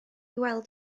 weld